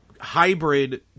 hybrid